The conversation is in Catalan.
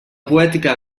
poètica